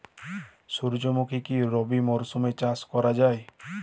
সুর্যমুখী কি রবি মরশুমে চাষ করা যায়?